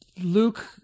Luke